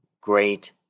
great